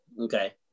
okay